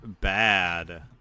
bad